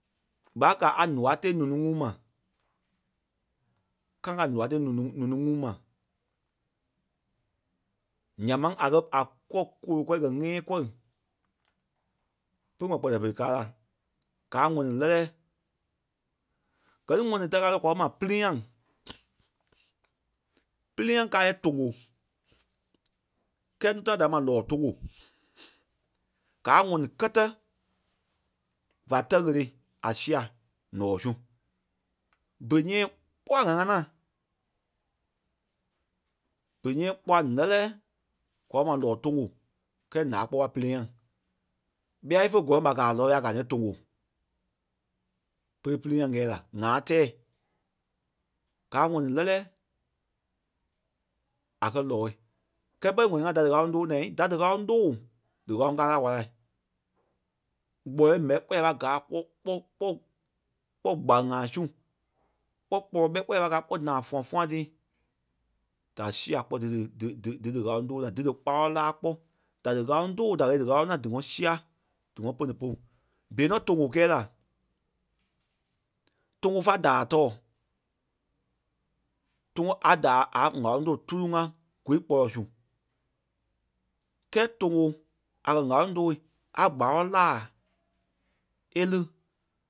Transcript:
e ŋ̀áloŋ tóo e pene polu e pa. A lɛ́ɛ gɛi ti ɣele gbɔ toŋgo a pai núu da kaa la ŋ̀áloŋ ti naa fá ŋɔnɔ pai naa. A pai kwaa naa kpɛ kpɛ ɓé maa kpɛtɛ e ŋɔnɔ pere ŋ̀áloŋ tóo. Toŋgo a ŋ̀áloŋ too a damaa. ŋ̀ɔnii ka ti a ŋ̀áloŋ tóo kpɔ e tɛɛ ŋɔni kélee ma toŋgo. Vii fa kpɛɛ ŋ̀áloŋ tóo. Gɛ ni ŋɔni kwa ŋ̀ɔ́nii taa kwa kɛ̀ ma pelee-geniŋ. Ya ɓé kwa kɛ̀ ma ŋɔni ŋɔni kélee ǹee. Because pere bɔ̃yɛ lai ŋɔni kélee léɣa kaa ǹéɣa. And nya ɓe ǹaa kɔlɛ nɔɔ̂i. Pelee-geniŋ ɓa ŋ̀óo mɛni a kɛ̀ ɓîa nyii í ka sia lɔɔ kɛi ɓa yaoi, ɓa pai yao. Tãi da kaa í koo fɛ̂ɛ yɛ nuu. Ya lí kpɔ́ lɔɔ kpoŋ ma íkɛ sia lɔɔ kɛ, í kóo fɛ́ɛ woo mɛni, pelee-geni ka ti zɛŋ ti kɛi. A koo fɛ̂ɛ ŋ̀óo tama tama ǹá. And ya gaa bɔ̃yɛ kpɔ́ a ǹɛ́lɛɛ. Pelee-geni kaa kpɔ́ a nɔni pɔ̃yɛ lɛ́lɛ. ŋɔni kélee léɣa kaa ǹéɣa. ɓa ǹéɣa da káa ya pai kɛi yɛ sɔ́ya. ɓa ǹéɣa nyíŋí ta kaa ɓé pere ŋi ɓîɛ ooo tóloŋ ɓa nyiŋí kaa ŋí yɛ popo pere gɛɛ la. ŋɔni kélee léɣa kaa ǹéɣa. Gaa a ŋɔni lɛ́lɛ ŋ̀óo támaa ǹá